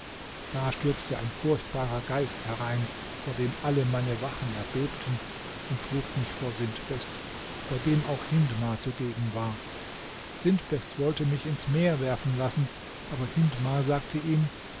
da stürzte ein furchtbarer geist herein vor dem alle meine wachen erbebten und trug mich vor sintbest bei dem auch hindmar zugegen war sintbest wollte mich ins meer werfen lassen aber hindmar sagte ihm